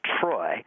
Troy